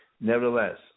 Nevertheless